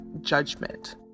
judgment